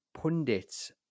pundits